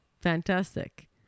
Fantastic